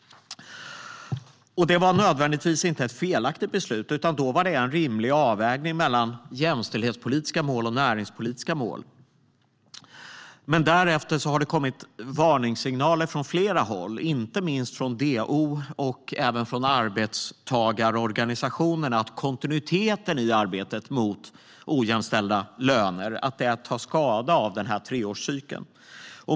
Det var inte nödvändigtvis ett felaktigt beslut. Då var det en rimlig avvägning mellan jämställdhetspolitiska och näringslivspolitiska mål. Men därefter har det kommit varningssignaler från flera håll, inte minst från DO och arbetstagarorganisationerna, om att kontinuiteten i arbetet mot ojämställda löner tar skada av treårscykeln.